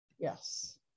yes